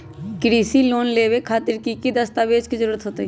कृषि लोन लेबे खातिर की की दस्तावेज के जरूरत होतई?